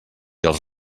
els